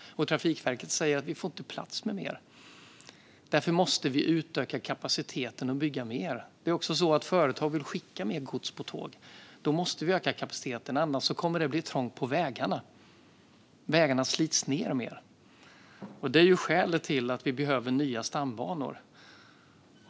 Och Trafikverket säger att vi inte får plats med mer. Därför måste vi utöka kapaciteten och bygga mer. Företag vill också skicka mer gods på tåg. Då måste vi öka kapaciteten, annars kommer det att bli trångt på vägarna. Vägarna slits ned mer. Det är skälet till att vi behöver nya stambanor.